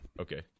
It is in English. Okay